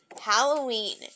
Halloween